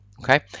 okay